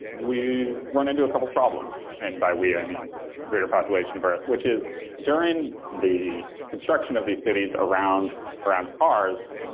we've run into a couple of problems, and by we i mean the greater population of earth, which is during the construction of these cities around around cars,